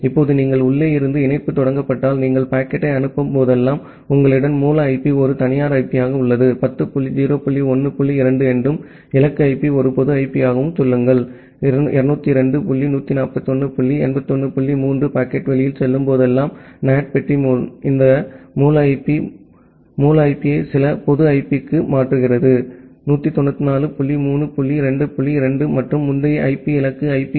இப்போது நீங்கள் உள்ளே இருந்து இணைப்பு தொடங்கப்பட்டால் நீங்கள் பாக்கெட்டை அனுப்பும் போதெல்லாம் உங்களிடம் மூல ஐபி ஒரு தனியார் ஐபியாக உள்ளது 10 டாட் 0 டாட் 1 டாட் 2 என்றும் இலக்கு ஐபி ஒரு பொது ஐபியாகவும் சொல்லுங்கள் 202 டாட் 141 டாட் 81 டாட் 3 பாக்கெட் வெளியில் செல்லும் போதெல்லாம் NAT பெட்டி இந்த மூல ஐபி மூல ஐபியை சில பொது ஐபிக்கு மாற்றுகிறது 194 டாட் 3 டாட் 2 டாட் 2 மற்றும் முந்தைய ஐபி இலக்கு ஐபி